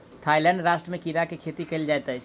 Thailand राष्ट्र में कीड़ा के खेती कयल जाइत अछि